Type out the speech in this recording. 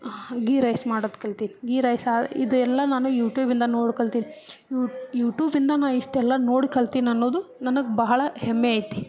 ghee rice ಮಾಡೋದು ಕಲ್ತೀನಿ ಗೀ ರೈಸಾ ಇದೆಲ್ಲ ನಾನು ಯೂಟ್ಯೂಬಿಂದ ನೋಡಿ ಕಲ್ತಿದ್ದು ಯೂಟೂಬಿಂದ ನಾನು ಇಷ್ಟೆಲ್ಲ ನೋಡಿ ಕಲ್ತೀನಿ ಅನ್ನೋದು ನನಗೆ ಬಹಳ ಹೆಮ್ಮೆ ಐತಿ